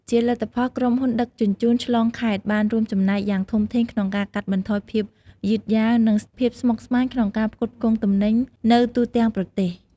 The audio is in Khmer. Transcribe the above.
ជាលទ្ធផល ក្រុមហ៊ុនដឹកជញ្ជូនឆ្លងខេត្តបានរួមចំណែកយ៉ាងធំធេងក្នុងការកាត់បន្ថយភាពយឺតយ៉ាវ និងភាពស្មុគស្មាញក្នុងការផ្គត់ផ្គង់ទំនិញនៅទូទាំងប្រទេស។